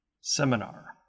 Seminar